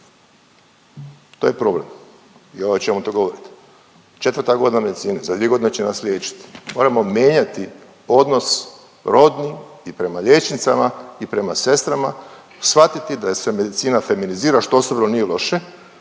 To je problem i ovaj o čemu tu govorite. Četvrta godina medicine, za dvije godine će nas liječit. Moram mijenjati odnos rodni i prema liječnicama i prema sestrama, shvatiti da se medicina feminizira što uostalom nije loše